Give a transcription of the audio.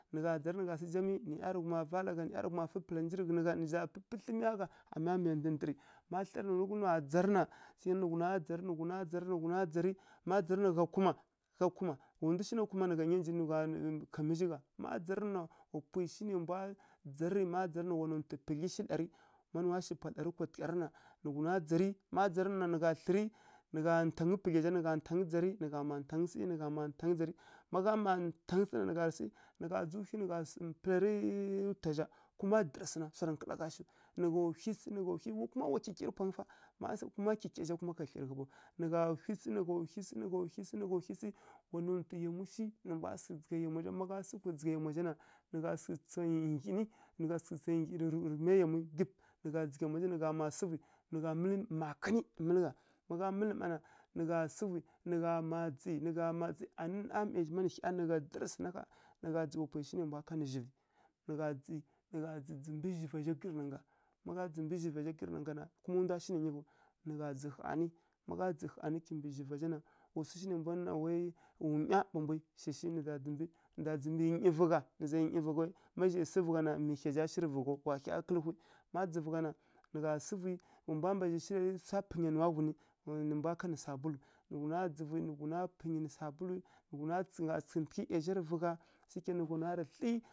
Nǝ dzarǝ nǝ gha sǝ jami nǝ ˈyarɡhuma vala gha nǝ ˈyarǝghuma fǝ pǝla nji rǝ ghǝnǝ gha nǝ za pǝpǝthlǝ miya gha amma miya ndǝndǝrǝ ma tharǝ gha rǝ gha dzarǝ na nǝ ghun dzarǝ, nǝ ghuna dzarǝ, nǝ ghuna dzarǝ gha kuma gha kuma wa ndu shi na nta kuma wa ndu shi na nyi gha ma dzarǝ nu na wa pwai shi nai mbwa ma dzara nǝw na wa nontǝ pudlyi shi larǝ ma nuwa shi pwa larǝ kwatǝgharǝ na nǝ ghuna dzarǝ ma dzara nǝw na nǝ gha thlǝrǝ nǝ gha ntangǝ pudlya sha nǝ gha ntangǝ dzarǝ nǝ gha mma ntangǝ sǝ nǝ gha mma ntangǝ dzarǝ ma gha ntangǝ sǝ na nǝ gha dzǝw ghyi nǝ gha pǝlairǝ tǝwa zha kuma dǝrǝsǝ na swarǝ nkǝla gha shiw nǝ gha ghyi sǝ nǝ gha ghyi kuma dǝrǝsǝ swarǝ nkǝla gha shiw kuma wa kyikyi rǝ pwangǝ fa kuma kyikya zha ka thlǝri gha ɓaw nǝ gha ghyi sǝ nǝ gha ghyi sǝ nǝ gha ghyi sǝ nǝ gha ghyi sǝ nǝ gha ghyi wa nontǝ yamu shi nǝ gha sǝ dzǝgha yamwa zha ma gha nǝ gha sǝ tsa ngyini nǝ gha sǝ tsa ngyinǝ rǝ miya yamwa zha gǝp nǝ gha dzǝgha nǝ gha ma sǝvǝ nǝ gha mǝlǝ makǝn mǝlǝ gha ma gha mǝlǝ mma na nǝ gha ma dzǝ nǝ gha mma dzǝ anǝ namai nǝ hya nǝ gha dǝrǝsǝ na ƙha wa pwai shi nai mwa kanǝ zhivǝ nǝ gha dzǝ nǝ gha dzǝmbǝ zhiva zha ghǝrǝnanga má gha dzǝmbǝ zhiva zha ghǝrǝnanga na kuma ndwa shi na nyi haw nǝ gha dzǝ hanǝ ma gha dzǝ hanǝ kimbǝ zhiva zha na wa swu shi nai mbwa nwi na wai nwaya pa mbwi nǝ zaˈnyi vǝ gha ˈnyi vǝ gha ma zhai sǝvu gha na swu zha shi rǝ vǝghaw pa wa hya kǝlǝ hwi ma dzǝvu gha na nǝ gha sǝvǝ wa mbwa mbazǝ shiriyai ri swa mpǝnya ghunǝ nǝ mbwa kanǝ sabulu nǝ ghuna dzǝvǝ nǝ ghuna pǝnyi nǝ sabuluwi nǝ gha tsǝghǝntǝghǝ ɗya zha rǝ vǝ gha shikena nǝ ghuna rǝ thlǝ.